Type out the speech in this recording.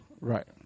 right